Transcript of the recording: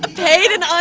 ah paid and